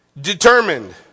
determined